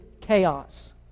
chaos